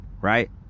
right